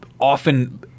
often